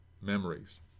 memories